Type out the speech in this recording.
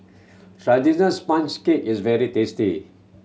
traditional sponge cake is very tasty